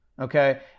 Okay